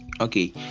okay